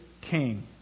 king